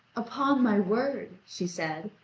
upon my word, she said,